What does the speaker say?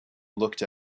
looked